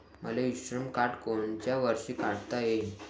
मले इ श्रम कार्ड कोनच्या वर्षी काढता येईन?